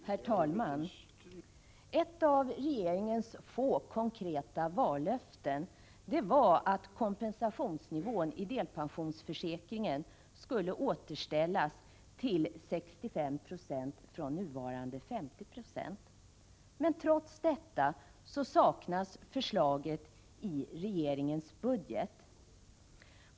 Herr talman! Ett av regeringens få konkreta vallöften var att kompensationsnivån i delpensionsförsäkringen skulle återställas till 65 90 från nuvarande 50 Zo. Trots detta saknas förslaget i regeringens budget.